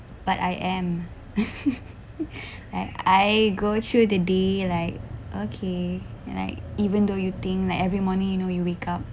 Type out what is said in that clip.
but I am and I go through the day like okay like even though you think that every morning you know you wake up